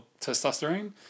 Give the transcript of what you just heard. testosterone